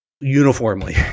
uniformly